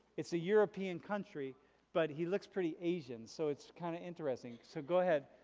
it's a european country but he looks pretty asian. so it's kind of interesting, so go ahead,